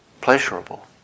pleasurable